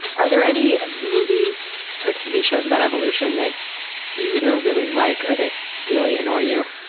are there any movies or tv shows about evolution that you either really like or that really annoy you?